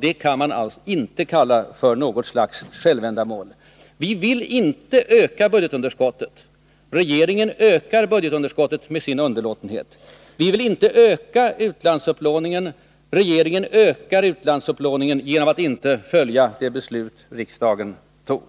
Det kan man inte kalla för självändamål. Vi vill inte öka budgetunderskottet. Regeringen ökar budgetunderskottet genom sin underlåtenhet. Vi vill inte öka utlandsupplåningen. Regeringen ökar den genom att inte följa det beslut som riksdagen tog.